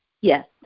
Yes